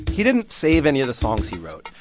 he didn't save any of the songs he wrote,